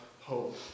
hope